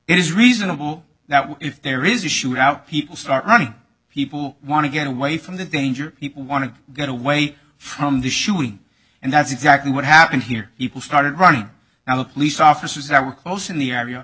it is reasonable now if there is a shoot out people start running people want to get away from the danger people want to get away from the shooting and that's exactly what happened here people started running and the police officers that were close in the area